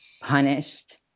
punished